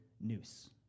noose